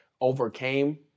overcame